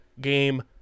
game